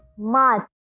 my